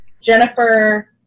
Jennifer